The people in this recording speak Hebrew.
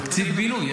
תקציב בינוי.